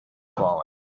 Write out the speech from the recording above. falling